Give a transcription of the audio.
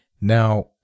Now